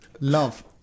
Love